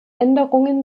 änderungen